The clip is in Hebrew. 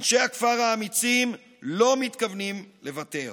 אנשי הכפר האמיצים לא מתכוונים לוותר.